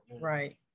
Right